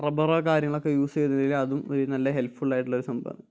റബ്ബറോ കാര്യങ്ങളൊക്കെ യൂസ് ചെയ്തതിൽ അതും ഒരു നല്ല ഹെൽപ്ഫുൾ ആയിട്ടുള്ള ഒരു സംഭവമാണ്